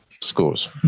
schools